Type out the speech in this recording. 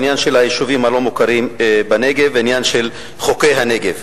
העניין של היישובים הלא-מוכרים בנגב והעניין של חוקי הנגב.